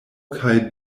kaj